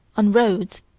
on roads,